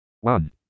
one